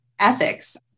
ethics